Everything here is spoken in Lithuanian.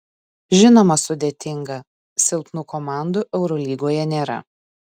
žinoma sudėtinga silpnų komandų eurolygoje nėra